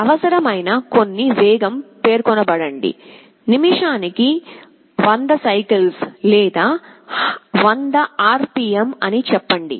అవసరమైన కొన్ని వేగం పేర్కొనబడింది నిమిషానికి 100 సైకిల్స్ లేదా 100 RPM అని చెప్పండి